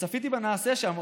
וצפיתי בנעשה שם,